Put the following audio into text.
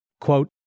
Quote